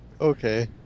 okay